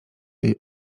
jej